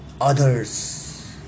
others